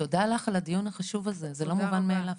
ותודה לך על הדיון החשוב הזה, זה לא מובן מאליו.